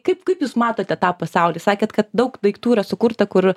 kaip kaip jūs matote tą pasaulį sakėt kad daug daiktų yra sukurta kur